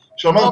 שאמר,